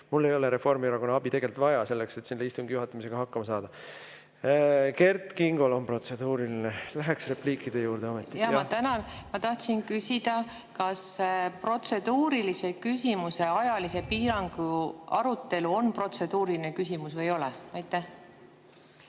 Mul ei ole Reformierakonna abi tegelikult vaja, et istungi juhatamisega hakkama saada. Kert Kingol on protseduuriline. Läheks repliikide juurde ometi. Jah, ma tänan! Ma tahtsin küsida, kas protseduurilise küsimuse ajalise piirangu arutelu on protseduuriline küsimus või ei ole? Jah,